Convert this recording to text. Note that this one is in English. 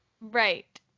Right